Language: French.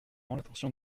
l’interdiction